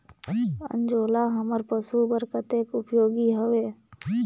अंजोला हमर पशु बर कतेक उपयोगी हवे?